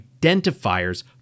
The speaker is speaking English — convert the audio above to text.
identifiers